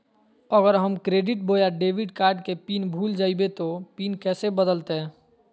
अगर हम क्रेडिट बोया डेबिट कॉर्ड के पिन भूल जइबे तो पिन कैसे बदलते?